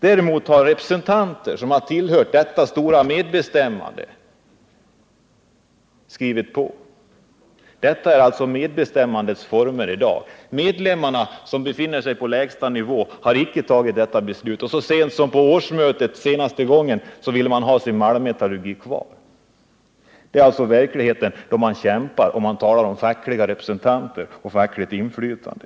Däremot har andra representanter, som deltagit i det stora medbestämmandearbetet, skrivit på. Detta är medbestämmandets form i dag — medlemmarna på lägsta nivå har inte tagit detta beslut! Så sent som på det senaste årsmötet uttalade man att man vill ha sin malmmetallurgi kvar. Det är verkligheten för dem som kämpar — det bör man känna till då man talar om fackliga representanter och fackligt inflytande.